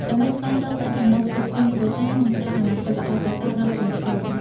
ដើម្បីស្វែងរកប្រាក់ចំណូលផ្គត់ផ្គង់គ្រួសារ និងផ្ដល់អនាគតល្អប្រសើរដល់កូនៗ។